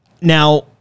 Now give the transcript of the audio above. Now